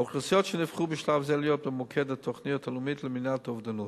האוכלוסיות שנבחרו בשלב זה להיות במוקד התוכנית הלאומית למניעת אובדנות: